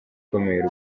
ukomeye